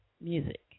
music